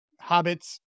habits